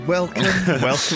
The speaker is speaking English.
Welcome